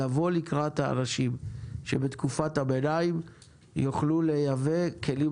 לבוא לקראת האנשים שבתקופה הביניים יוכלו לייבא כלים